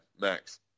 max